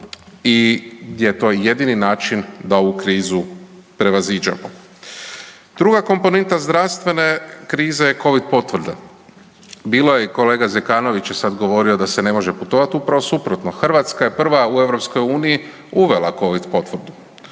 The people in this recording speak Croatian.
je to jedini način da ovu krizu prevaziđemo. Druga komponenta zdravstvene krize je covid potvrda. Bilo je i kolega Zekanović je sad govorio da se ne može putovat, upravo suprotno. Hrvatska je prva u EU uvela covid potvrdu.